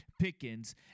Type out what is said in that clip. Pickens